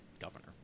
governor